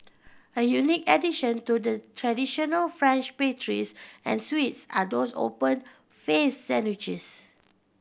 a unique addition to the traditional French pastries and sweets are those open faced sandwiches